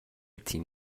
تیم